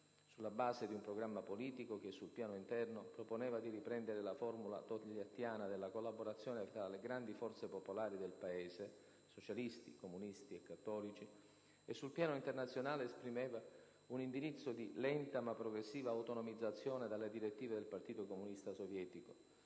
sulla base di un programma politico che, sul piano interno, proponeva di riprendere la formula togliattiana della collaborazione fra le grandi forze popolari del Paese (socialisti, comunisti e cattolici) e sul piano internazionale esprimeva un indirizzo di lenta, ma progressiva autonomizzazione dalle direttive del Partito Comunista sovietico,